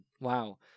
Wow